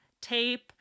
tape